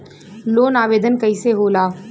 Loan आवेदन कैसे होला?